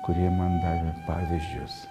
kurie man davė pavyzdžius